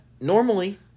Normally